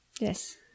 Yes